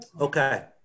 Okay